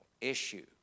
issue